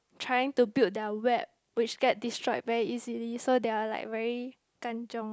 trying to build their web which get destroyed very easily so they are like very kan-chiong